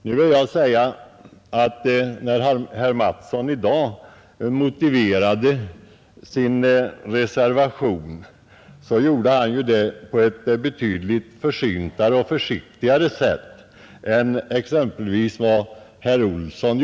När herr Mattsson i dag motiverade sin reservation gjorde han det emellertid på ett betydligt mer försynt och försiktigt sätt än exempelvis herr Olsson.